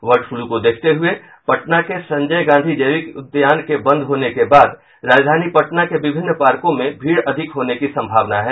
bird flu को देखते हुये पटना के संजय गांधी जैविक उद्यान के बंद होने के बाद राजधानी पटना के विभिन्न पार्को में भीड़ अधिक होने की संभावना है